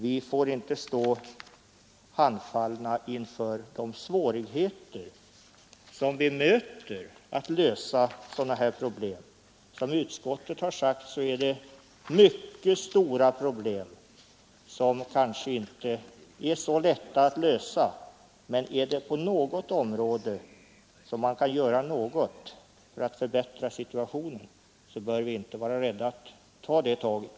Vi får inte stå handfallna inför de svårigheter som vi möter när det gäller att lösa sådana här problem. Såsom utskottet har anfört finns här mycket stora problem, som kanske inte är så lätta att lösa, men om vi på något område kan göra något för att förbättra situationen bör vi inte vara rädda för att ta det taget.